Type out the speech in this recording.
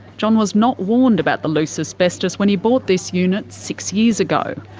john was not warned about the loose asbestos when he bought this unit six years ago.